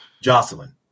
Jocelyn